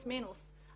פלוס מינוס,